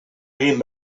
egin